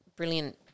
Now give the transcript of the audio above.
brilliant